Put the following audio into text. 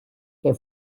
que